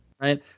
Right